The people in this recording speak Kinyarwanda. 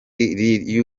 lil